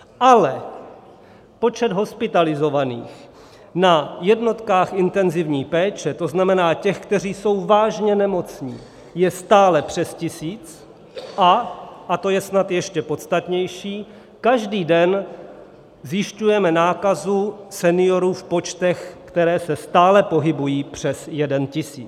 Ale počet hospitalizovaných na jednotkách intenzivní péče, to znamená těch, kteří jsou vážně nemocní, je stále před tisíc a a to je snad ještě podstatnější každý den zjišťujeme nákazu seniorů v počtech, které se stále pohybují přes jeden tisíc.